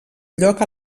lloc